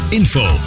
info